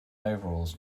overalls